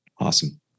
Awesome